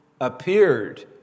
appeared